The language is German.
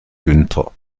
günther